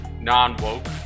Non-woke